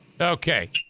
Okay